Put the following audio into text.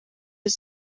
his